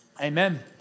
Amen